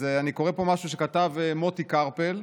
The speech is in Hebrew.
אני קורא פה משהו שכתב מוטי קרפל,